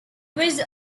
was